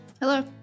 Hello